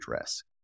risk